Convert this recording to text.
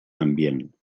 ambient